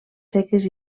seques